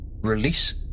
Release